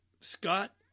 Scott